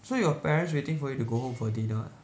so your parents waiting for you to go home for dinner ah